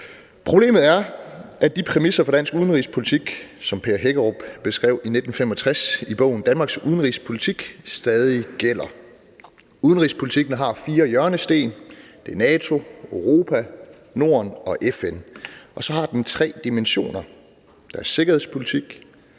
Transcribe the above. Problemet er, at de præmisser for dansk udenrigspolitik, som Per Hækkerup beskrev i 1965 i bogen »Danmarks udenrigspolitik«, stadig gælder. Udenrigspolitikken har fire hjørnesten: NATO, Europa, Norden og FN. Og så har den tre dimensioner: sikkerhedspolitik,